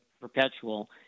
perpetual